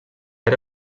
era